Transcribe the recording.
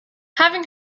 having